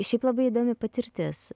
šiaip labai įdomi patirtis